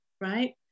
right